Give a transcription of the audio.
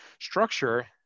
structure